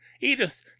Edith